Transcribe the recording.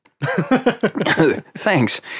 Thanks